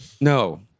no